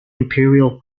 imperial